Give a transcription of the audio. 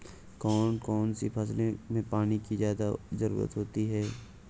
कौन कौन सी फसलों में पानी की ज्यादा ज़रुरत होती है?